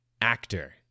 actor